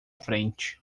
frente